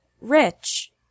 rich